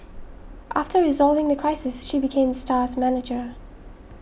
after resolving the crisis she became the star's manager